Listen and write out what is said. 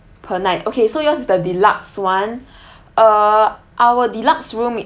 per night okay so yours is the deluxe one uh our deluxe room